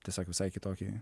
tiesiog visai kitokį